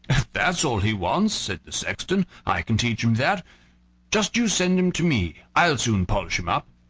that's all he wants, said the sexton, i can teach him that just you send him to me, i'll soon polish him up.